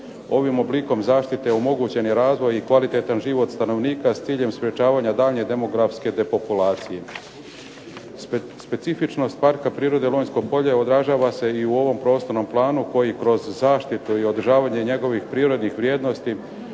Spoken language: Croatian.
Ovim oblikom zaštite omogućen je razvoj i kvalitetan život stanovnika s ciljem sprječavanja daljnje demografske depopulacije. Specifičnost parka prirode Lonjsko polje održava se i u ovom prostornom planu koji kroz zaštitu i održavanje njegovih prirodnih vrijednosti,